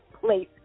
place